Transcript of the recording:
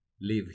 live